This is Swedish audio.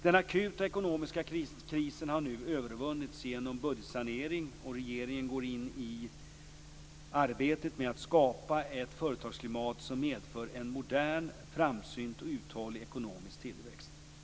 Den akuta ekonomiska krisen har nu övervunnits genom budgetsaneringen, och regeringen går in i arbetet med att skapa ett företagsklimat som medför en modern, framsynt och uthållig ekonomisk tillväxt.